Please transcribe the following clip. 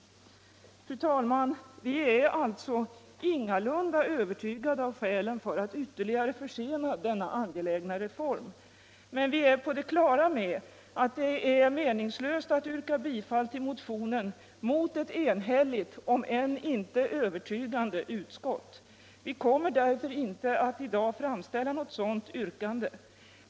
Fru talman! Vi är alltså ingalunda övertygade av skälen för att ytterligare försena denna angelägna reform. Vi är emellertid på det klara med att det är meningslöst att yrka bifall till motionen mot ett enhälligt, om än inte övertygande, utskott. Vi kommer därför inte att i dag framställa något sådant yrkande.